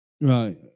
right